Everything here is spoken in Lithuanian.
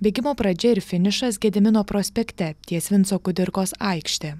bėgimo pradžia ir finišas gedimino prospekte ties vinco kudirkos aikšte